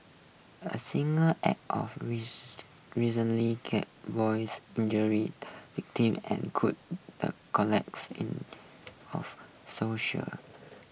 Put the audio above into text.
a single act of recently injures victim and counds the collects of social